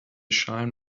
shine